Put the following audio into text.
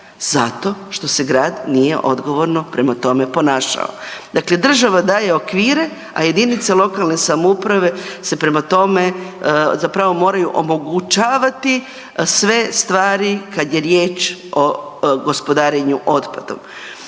Zato što se grad nije odgovorno prema tome ponašao. Dakle, država daje okvire, a jedinice lokalne samouprave se prema tome zapravo moraju omogućavati sve stvari kad je riječ o gospodarenju otpadom.